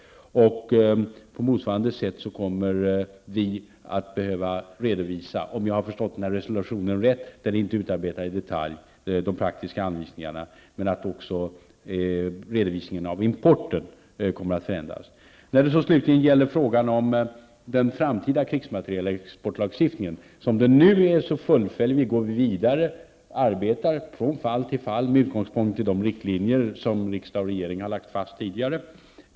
Om jag har förstått resolutionen rätt -- de praktiska anvisningarna är inte utarbetade i detalj -- kommer även redovisningen av importen att förändras. Kent Carlsson tog upp den framtida krigsmaterielexportlagstiftningen. Vi arbetar från fall till fall med utgångspunkt från de riktlinjer som riksdagen har lagt fast tidigare.